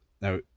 Now